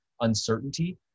uncertainty